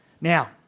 Now